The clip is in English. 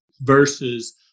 versus